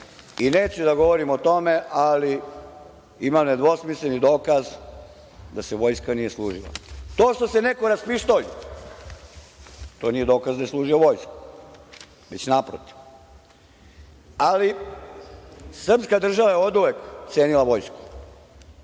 i neću da govorim o tome, ali imam nedvosmisleni dokaz da se vojska nije služila. To što se neko raspištolji, to nije dokaz da je služio vojsku, već naprotiv, ali srpska država je oduvek cenila vojsku. Srpska